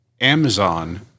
Amazon